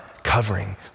Covering